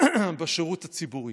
בשירות הציבורי.